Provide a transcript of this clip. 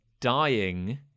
dying